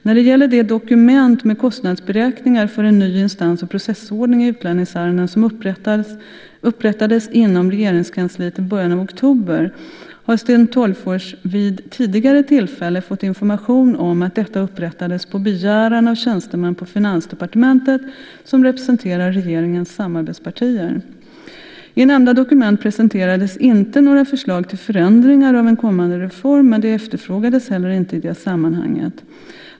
När det gäller det dokument med kostnadsberäkningar för en ny instans och processordning i utlänningsärenden, som upprättades inom Regeringskansliet i början av oktober, har Sten Tolgfors vid tidigare tillfälle fått information om att detta upprättades på begäran av tjänstemän på Finansdepartementet som representerar regeringens samarbetspartier. I nämnda dokument presenterades inte några förslag till förändringar av en kommande reform, men det efterfrågades heller inte i det sammanhanget.